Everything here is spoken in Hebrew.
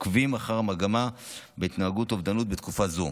עוקבים אחרי מגמת ההתנהגות האובדנית בתקופה זו.